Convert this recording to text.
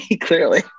Clearly